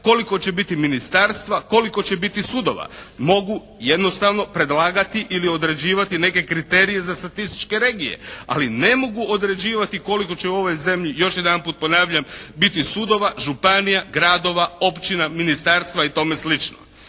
koliko će biti ministarstva, koliko će biti sudova? Mogu jednostavno predlagati ili određivati neke kriterije za statističke regije. Ali ne mogu određivati koliko će u ovoj zemlji još jedanput ponavljam biti sudova, županija, gradova, općina, ministarstva i tome slično.